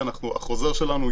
יכול להיות שההסתמכות שלהן,